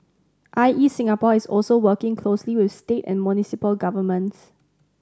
I E Singapore is also working closely with state and municipal governments